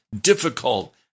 difficult